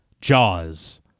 Jaws